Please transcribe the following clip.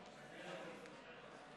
חבריי חברי